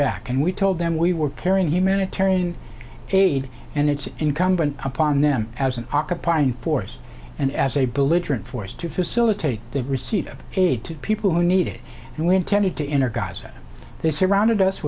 back and we told them we were carrying humanitarian aid and it's incumbent upon them as an occupying force and as a belligerent force to facilitate they receive aid to people who need it and we intend to enter gaza they surrounded us